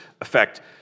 effect